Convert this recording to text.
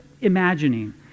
imagining